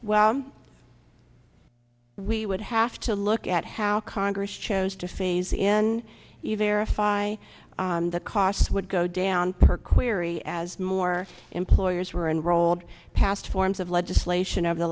well we would have to look at how congress chose to phase in either a five the costs would go down per query as more employers were enrolled passed forms of legislation over the